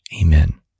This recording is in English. Amen